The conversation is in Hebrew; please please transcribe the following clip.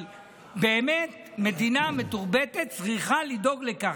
אבל באמת מדינה מתורבתת צריכה לדאוג לכך.